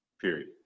period